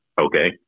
Okay